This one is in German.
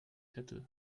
hätte